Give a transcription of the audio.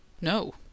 No